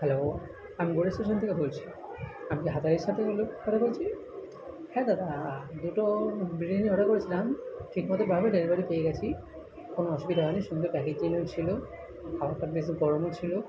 hello আমি Garia station থেকে বলছি আমি কি হাটারির সাথে কথা বলছি হ্যাঁ দাদা দুটো বিরিয়ানি অর্ডার করেছিলাম ঠিকমতো ভাবে ডেলিভারি পেয়ে গিয়েছি কোনো অসুবিধে হয়নি সুন্দর প্যাকেজিংও ছিল খাবারটা বেশ গরমও ছিল